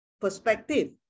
perspective